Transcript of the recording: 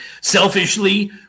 selfishly